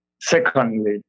Secondly